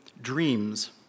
Dreams